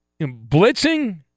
blitzing